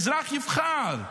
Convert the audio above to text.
האזרח יבחר.